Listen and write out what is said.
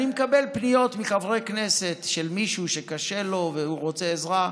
אני מקבל פניות מחברי הכנסת על מישהו שקשה לו והוא רוצה עזרה,